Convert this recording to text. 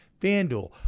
FanDuel